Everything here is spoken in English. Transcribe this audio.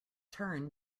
turn